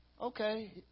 okay